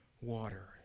water